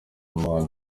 umuhanzi